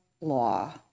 law